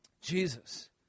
Jesus